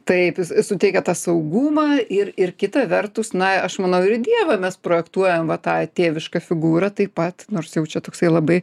taip suteikia tą saugumą ir ir kita vertus na aš manau ir dievą mes projektuojam va tą tėvišką figūrą taip pat nors jau čia toksai labai